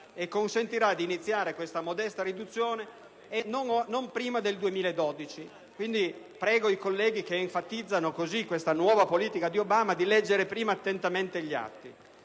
e consentirà di iniziare questa modesta riduzione non prima del 2012. Invito, quindi, i colleghi che enfatizzano questa nuova politica di Obama a leggere prima attentamente gli atti.